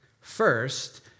First